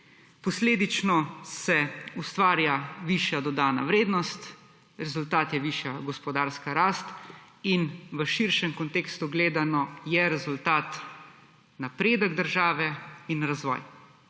posledično se ustvarja višja dodana vrednost, rezultat je višja gospodarska rast in v širšem kontekstu gledano je rezultata napredek države in razvoj.